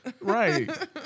right